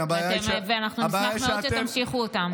בסדר, ואנחנו נשמח מאוד שתמשיכו אותה.